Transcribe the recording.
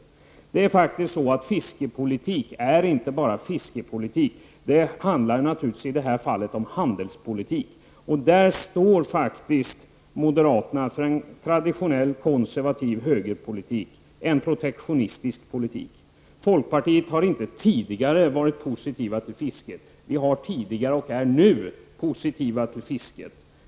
Fiskeripolitik är inte bara fiskeripolitik — det handlar i det här fallet om handelspolitik, och där står moderaterna faktiskt för en traditionell konservativ högerpolitik, en protektionistisk politik. Folkpartiet har inte tidigare varit positiv till fisket, som Jens Eriksson säger — vi har tidigare varit och är fortfarande positiva till fisket.